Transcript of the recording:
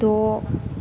द'